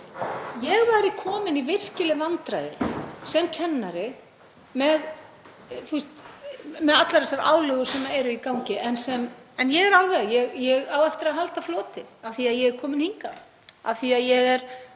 Ég væri komin í virkileg vandræði sem kennari með allar þessar álögur sem eru í gangi. En ég á eftir að halda mér á floti af því að ég er komin hingað, af því að ég er